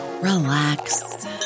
relax